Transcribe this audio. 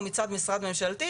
או מצד משרד ממשלתי,